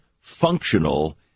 functional